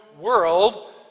world